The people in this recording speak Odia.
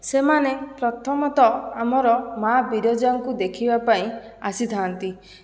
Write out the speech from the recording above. ସେମାନେ ପ୍ରଥମତଃ ଆମର ମା' ବିରଜାଙ୍କୁ ଦେଖିବା ପାଇଁ ଆସିଥାନ୍ତି